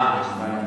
אה, הבנתי.